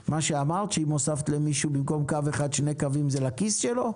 שאם הוספת למישהו במקום קו אחד שני קווים זה לכיס שלו,